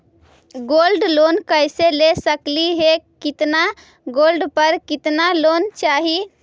Gold loan कैसे ले सकली हे, कितना गोल्ड पर कितना लोन चाही?